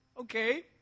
Okay